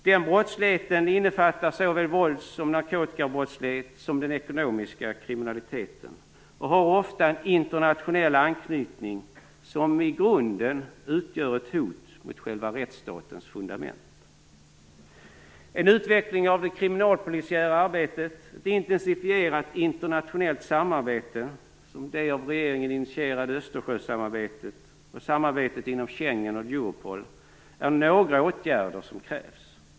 Den brottsligheten innefattar såväl våldsoch narkotikabrottslighet som den ekonomiska kriminaliteten och har ofta en internationell anknytning, som i grunden utgör ett hot mot själva rättsstatens fundament. En utveckling av det kriminalpolisiära arbetet, ett intensifierat internationellt samarbete, som det av regeringen initierade Östersjösamarbetet och samarbetet inom Schengen och Europol, är några åtgärder som krävs.